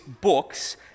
books